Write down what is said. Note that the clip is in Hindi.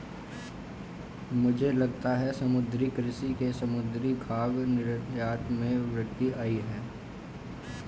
मुझे लगता है समुद्री कृषि से समुद्री खाद्य निर्यात में वृद्धि आयी है